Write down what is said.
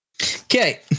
Okay